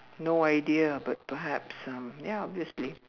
no idea but perhaps um ya obviously